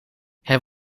het